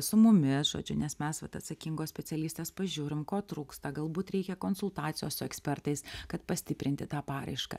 su mumis žodžiu nes mes vat atsakingos specialistės pažiūrim ko trūksta galbūt reikia konsultacijos su ekspertais kad pastiprinti tą paraišką